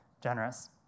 generous